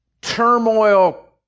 turmoil